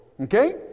Okay